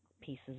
pieces